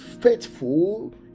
faithful